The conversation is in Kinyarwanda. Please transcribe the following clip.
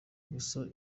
gusa